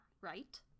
right